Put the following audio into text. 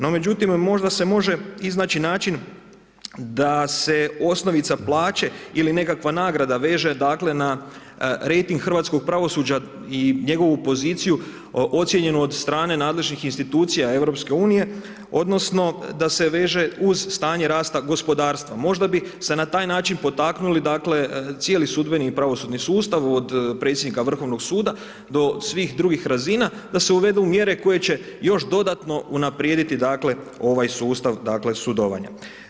No međutim možda se može iznaći način da se osnovica plaće ili nekakva nagrada veže dakle na rejting hrvatskog pravosuđa i njegovu poziciju ocijenjenu od strane nadležnih institucija EU odnosno da se veže uz stanje rasta gospodarstva možda bi se na taj način potaknuli dakle cijeli sudbeni i pravosudni sustav od predsjednika Vrhovnog suda do svih drugih razina da se uvedu mjere koje će još dodatno unaprijediti dakle ovaj sustav, dakle sudovanja.